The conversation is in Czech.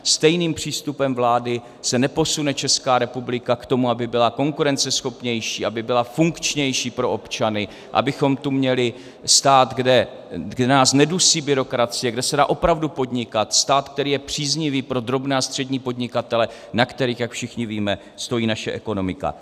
Stejným přístupem vlády se neposune Česká republika k tomu, aby byla konkurenceschopnější, aby byla funkčnější pro občany, abychom tu měli stát, kde nás nedusí byrokracie, kde se dá opravdu podnikat, stát, který je příznivý pro drobné a střední podnikatele, na kterých, jak všichni víme, stojí naše ekonomika.